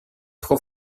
trop